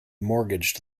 mortgaged